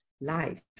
life